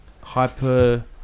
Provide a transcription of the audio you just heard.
Hyper